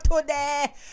today